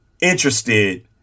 interested